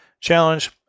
challenge